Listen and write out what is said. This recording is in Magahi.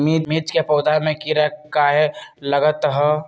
मिर्च के पौधा में किरा कहे लगतहै?